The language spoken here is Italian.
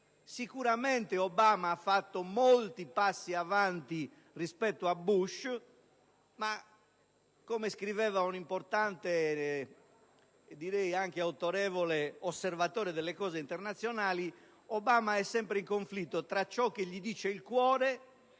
sicuramente Obama ha fatto molti passi avanti rispetto a Bush, ma, come ha scritto un importante e autorevole osservatore delle cose internazionali, egli è sempre in conflitto tra ciò che gli dice il cuore e ciò